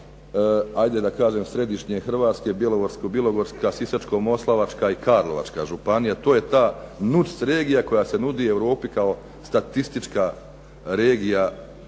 ajde da kažem središnje Hrvatske Bjelovarsko-bilogorska, Sisačko-moslavačka i Karlovačka županija. To je ta NUC regija koja se nudi Europi kao statistička regija, ne